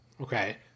Okay